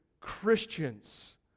Christians